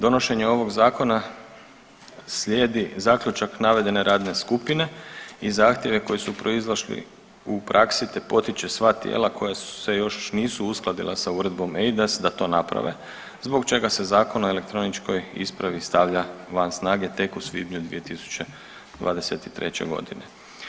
Donošenje ovog zakona slijedi zaključak navedene radne skupine i zahtjeve koji su proizašli u praksi te potiče sva tijela koja se još nisu uskladila sa Uredbom EIDAS da to naprave zbog čega se Zakon o elektroničkoj ispravi stavlja van snage tek u svibnju 2023. godine.